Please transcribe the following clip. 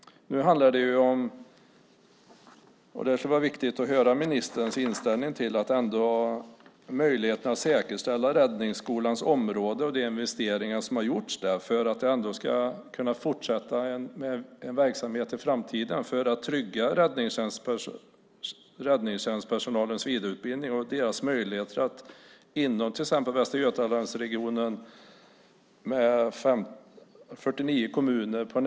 Det är viktigt att få höra ministerns inställning till möjligheten att säkerställa räddningsskolans område och de investeringar som har gjorts där, för att man ändå ska kunna fortsätta en verksamhet i framtiden för att trygga räddningstjänstpersonalens vidareutbildning och dess möjligheter att fortsätta sin utbildning inom till exempel Västra Götalandsregionen med 49 kommuner.